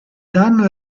danno